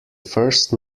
first